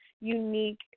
unique